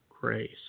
grace